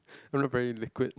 look very liquid